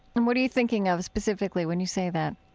and what are you thinking of, specifically, when you say that?